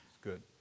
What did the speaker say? Good